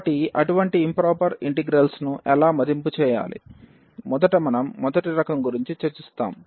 కాబట్టి అటువంటి improper integrals ను ఎలా మదింపు చేయాలి మొదట మనం మొదటి రకం గురించి చర్చిస్తాం